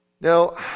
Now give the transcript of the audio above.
Now